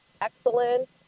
excellent